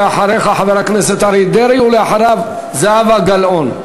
ואחריך, חבר הכנסת אריה דרעי, ואחריו, זהבה גלאון.